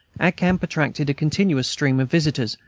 our camp attracted a continuous stream of visitors,